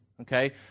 okay